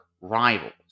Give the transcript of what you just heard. rivals